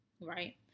right